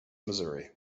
missouri